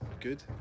good